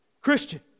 Christian